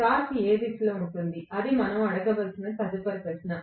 torque ఏ దిశలో ఉంటుంది అది మనం అడగవలసిన తదుపరి ప్రశ్న